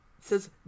says